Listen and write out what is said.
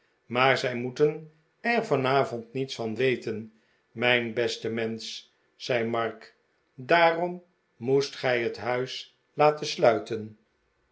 maar zij moeten er vanavond niets van weten mijn beste mensch zei mark daarom moest gij het huis laten sluiten